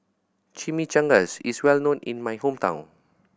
chimichangas is well known in my hometown